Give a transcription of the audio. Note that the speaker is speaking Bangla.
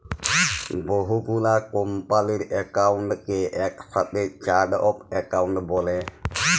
বহু গুলা কম্পালির একাউন্টকে একসাথে চার্ট অফ একাউন্ট ব্যলে